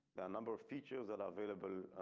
the number of features that are available.